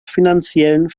finanziellen